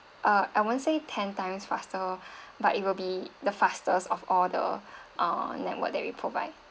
uh I won't say ten times faster but it will be the fastest of all the uh network that we provide